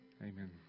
amen